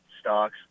stocks